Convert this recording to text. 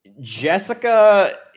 Jessica